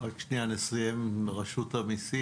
נסיים עם רשות המיסים.